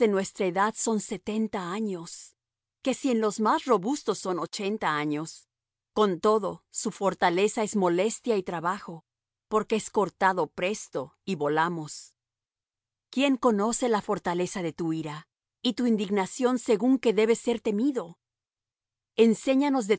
nuestra edad son setenta años que si en los más robustos son ochenta años con todo su fortaleza es molestia y trabajo porque es cortado presto y volamos quién conoce la fortaleza de tu ira y tu indignación según que debes ser temido enséñanos